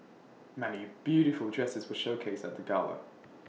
many beautiful dresses were showcased at the gala